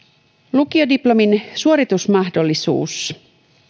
lukiodiplomin suoritusmahdollisuus